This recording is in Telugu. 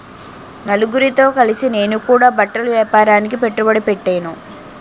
నలుగురితో కలిసి నేను కూడా బట్టల ఏపారానికి పెట్టుబడి పెట్టేను